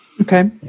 Okay